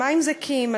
על מים זכים,